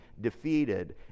defeated